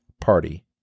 party